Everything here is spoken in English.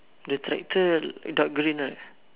the tractor dark green right